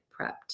prepped